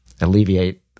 alleviate